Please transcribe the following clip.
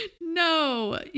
no